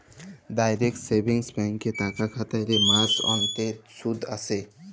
direct savings ব্যাংকে টাকা খ্যাটাইলে মাস অল্তে সুদ আসে